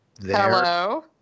Hello